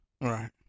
right